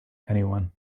anyone